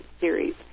series